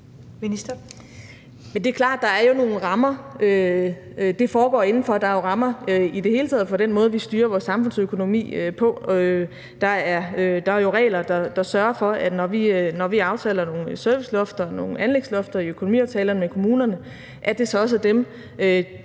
Det er klart, at der jo er nogle rammer, det foregår inden for. Der er i det hele taget rammer for den måde, vi styrer vores samfundsøkonomi på. Der er jo regler, der sørger for, at når vi aftaler nogle servicelofter og nogle anlægslofter i økonomiaftaler med kommunerne, er det også dem,